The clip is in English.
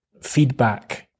feedback